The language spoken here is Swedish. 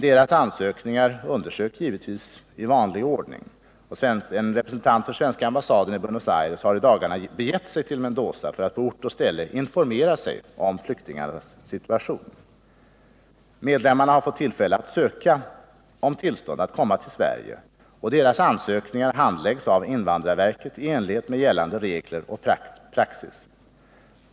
Deras ansökningar undersöks dock givetvis i vanlig ordning, och en representant för den svenska ambassaden i Buenos Aires har i dagarna begivit sig till Mendoza för att på ort och ställe informera sig om flyktingarnas situation. Medlemmarna har fått möjlighet att ansöka om tillstånd att komma till Sverige, och deras ansökningar handläggs av invandrarverket i enlighet med gällande regler och praxis.